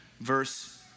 verse